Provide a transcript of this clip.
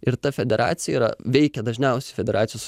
ir ta federacija yra veikia dažniausiai federacijos